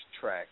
track